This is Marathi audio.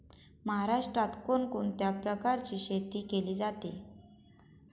महाराष्ट्रात कोण कोणत्या प्रकारची शेती केली जाते?